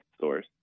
source